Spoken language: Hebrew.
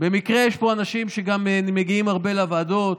במקרה יש פה אנשים שגם מגיעים הרבה לוועדות: